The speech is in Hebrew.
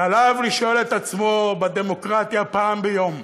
שעליו לשאול את עצמו בדמוקרטיה פעם ביום: